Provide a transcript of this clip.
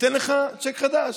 ניתן לך צ'ק חדש,